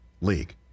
League